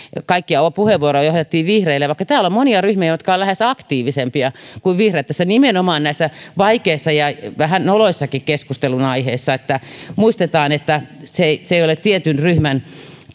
kaikkia puheenvuoroja ohjattiin vihreille vaikka täällä on monia ryhmiä jotka ovat lähes aktiivisempia kuin vihreät nimenomaan näissä vaikeissa ja vähän noloissakin keskustelunaiheissa muistetaan että se ei se ei ole tietyn ryhmän